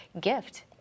gift